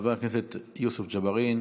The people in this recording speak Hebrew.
חבר הכנסת יוסף ג'בארין